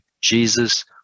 Jesus